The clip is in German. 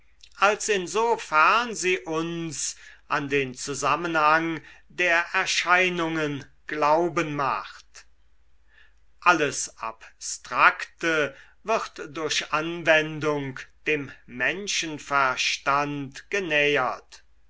als insofern sie uns an den zusammenhang der erscheinungen glauben macht alles abstrakte wird durch anwendung dem menschenverstand genähert